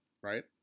Right